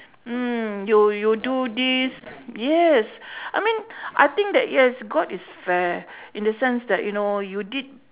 mm you you do this yes I mean I think that yes god is fair in the sense that you know you did